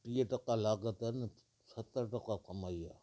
टीह टका लाॻत आहिनि ऐं सतरि टका कमाई आहे